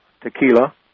Tequila